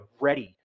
ready